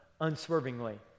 unswervingly